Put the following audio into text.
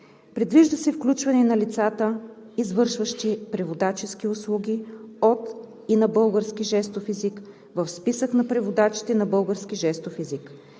Предвижда се включване на лицата, извършващи преводачески услуги от и на български жестов език, в Списък на преводачите на български жестов език.